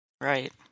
Right